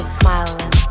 smiling